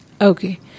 okay